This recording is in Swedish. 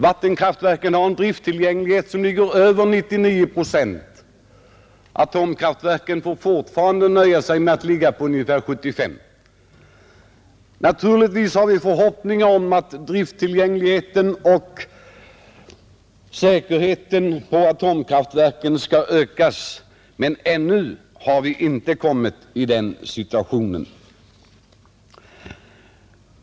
De senare har en drifttillgänglighet på över 99 procent, medan atomkraftverken alltjämt får nöja sig med att ligga på ungefär 75 procent. Naturligtvis hyser vi förhoppningar om att drifttillgängligheten och säkerheten vid atomkraftverken skall öka, men ännu har vi inte kommit dithän.